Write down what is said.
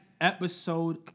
episode